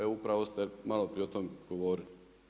Evo upravo ste malo prije o tome govorili.